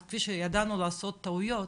אז כפי שידענו לעשות טעויות,